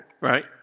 Right